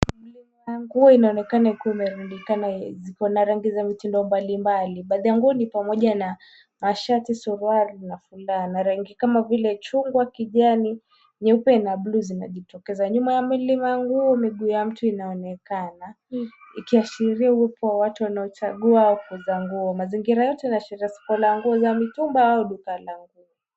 Mlima wa nguo inaonekana ikiwa imelundikana wezi. Ziko na rangi za mtindo mbalimbali. Baadhi ya nguo ni pamoja na rangi kama vile chungwa, kijani, nyeupe na blue zinajitokeza .Nyuma ya nguo, miguu ya mtu inaonekana, ikiashiria uwepo wa watu wanaochagua hizo nguo. Mazingira yote yanaashiria ni nguo za mitumba au duka la nguo.